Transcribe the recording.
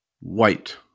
white